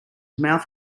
mouth